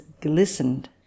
glistened